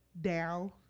down